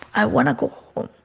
i want to go home